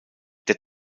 der